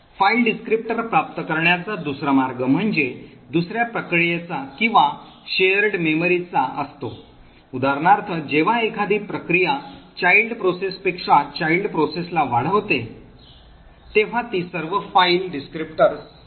file वर्णनकर्ता प्राप्त करण्याचा दुसरा मार्ग म्हणजे दुसर्या प्रक्रियेचा किंवा सामायिक मेमरीचा असतो उदाहरणार्थ जेव्हा एखादी प्रक्रिया child process पेक्षा child process ला वाढवते तेव्हा ती सर्व फाईल वर्णनकर्त्यांना मिळू शकते